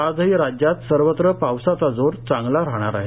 आजही राज्यात सर्वत्र पावसाचा जोर चांगला राहणार आहे